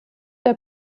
der